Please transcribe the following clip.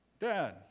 Dad